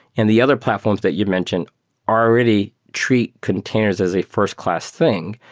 and the other platforms that you've mentioned already treat containers as a first-class thing.